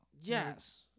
Yes